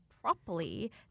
properly